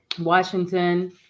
Washington